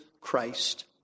Christ